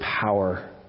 power